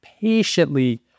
patiently